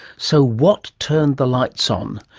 so what turns the lights on?